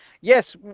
Yes